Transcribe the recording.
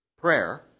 prayer